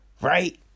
right